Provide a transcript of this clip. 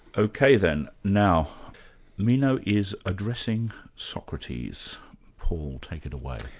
ok then. now meno is addressing socrates. paul, take it away.